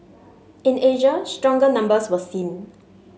in Asia stronger numbers were seen